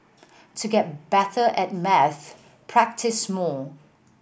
to get better at maths practise more